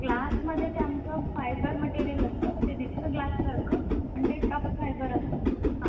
ग्लासमध्ये ते आमचं fibre material असतं ते दिसतं ग्लाससारखं पण ते टफ फायबर असतं हां